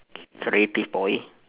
creative boy